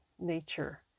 nature